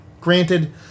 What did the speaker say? Granted